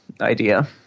idea